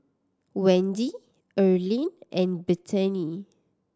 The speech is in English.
Wende Earline and Bethany